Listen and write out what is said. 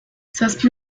zazpi